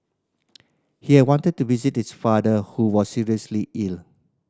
he had wanted to visit his father who was seriously ill